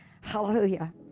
Hallelujah